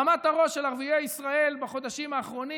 הרמת את הראש של ערביי ישראל בחודשים האחרונים